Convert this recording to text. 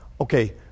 okay